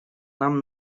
нам